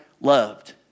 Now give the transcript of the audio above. loved